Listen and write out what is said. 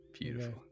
beautiful